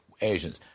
Asians